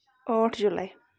ٲٹھ جُلے